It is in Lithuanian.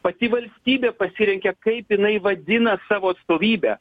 pati valstybė pasirenka kaip jinai vadina savo atstovybę